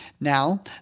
Now